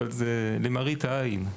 אבל זה למראית עין.